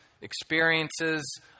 experiences